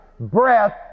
breath